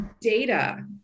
data